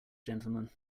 gentlemen